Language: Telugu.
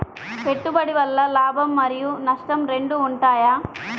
పెట్టుబడి వల్ల లాభం మరియు నష్టం రెండు ఉంటాయా?